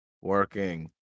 working